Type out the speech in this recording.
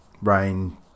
rain